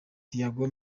thiago